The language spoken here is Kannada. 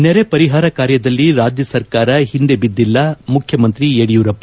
ನೆರೆ ಪರಿಹಾರ ಕಾರ್ಯದಲ್ಲಿ ರಾಜ್ಯ ಸರ್ಕಾರ ಹಿಂದೆ ಬಿದ್ದಿಲ್ಲ ಮುಖ್ಯಮಂತ್ರಿ ಯಡಿಯೂರಪ್ಪ